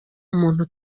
umuntu